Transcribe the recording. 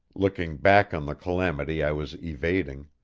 looking back on the calamity i was evading.